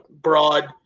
broad